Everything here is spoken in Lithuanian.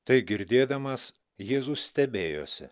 tai girdėdamas jėzus stebėjosi